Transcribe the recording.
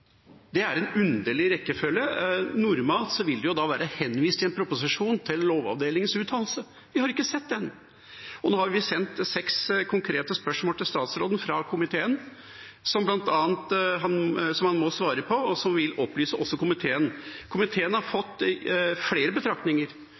Det er en underlig rekkefølge. Normalt vil det i en proposisjon være henvist til Lovavdelingens uttalelse. Vi har ikke sett den. Nå har vi sendt seks konkrete spørsmål fra komiteen til statsråden, som han må svare på, og som vil opplyse komiteen. Komiteen har